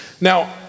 Now